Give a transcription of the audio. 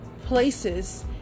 places